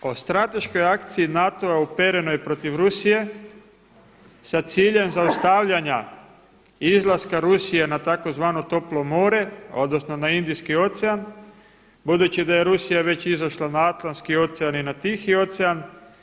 Radi se o strateškoj akciji NATO-a uperenoj protiv Rusije sa ciljem zaustavljanja izlaska Rusije na tzv. Toplo more odnosno na Indijski ocean budući da je Rusija već izašla na Atlantski ocean i na Tihi ocean.